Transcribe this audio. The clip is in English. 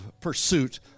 pursuit